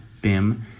BIM